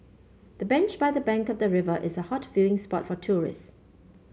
the bench by the bank of the river is a hot viewing spot for tourists